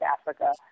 Africa